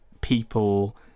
people